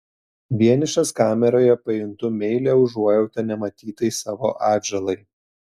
vienišas kameroje pajuntu meilią užuojautą nematytai savo atžalai